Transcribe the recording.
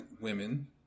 women